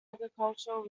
agricultural